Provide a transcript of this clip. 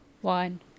one